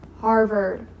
Harvard